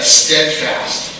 steadfast